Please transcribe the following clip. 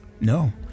No